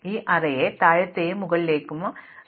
ഈ അറേയെ താഴത്തെയും മുകളിലേക്കും വിഭജിക്കുക